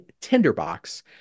Tinderbox